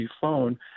phone